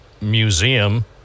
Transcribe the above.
Museum